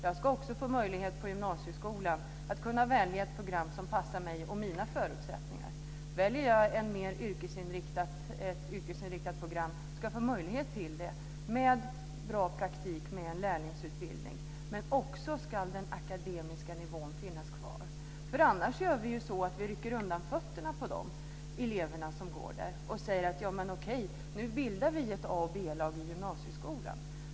Jag ska också på gymnasieskolan få möjlighet att välja ett program som passar mig och mina förutsättningar. Väljer jag ett yrkesinriktat program ska jag få möjlighet till det med en bra praktik, en lärlingsutbildning. Men den akademiska nivån ska också finnas kvar. Annars rycker vi undan fötterna på de elever som går där och säger: Okej, nu bildar vi ett A och ett B-lag i gymnasieskolan.